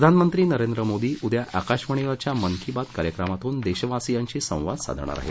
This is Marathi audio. प्रधानमंत्री नरेंद्र मोदी उद्या आकाशवाणीवरच्या मन की बात या कार्यक्रमातून देशवासियांशी संवाद साधणार आहेत